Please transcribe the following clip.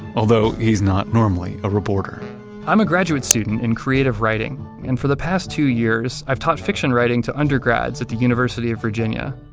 although he's not normally a reporter i'm a graduate student in creative writing, and for the past two years i've taught fiction writing to undergrads at the university of virginia.